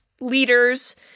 leaders